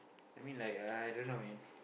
I mean like uh I don't know man